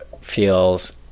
feels